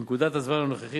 בנקודת הזמן הנוכחית,